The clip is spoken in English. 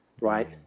right